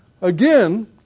Again